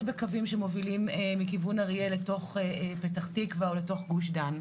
בקווים שמובילים מכיוון אריאל לתוך פתח תקווה או לתוך גוש דן.